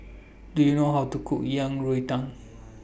Do YOU know How to Cook Yang Rou Tang